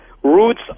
Roots